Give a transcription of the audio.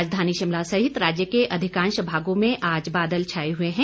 राजधानी शिमला सहित राज्य के अधिकांश भागों में आज बादल छाए हुए हैं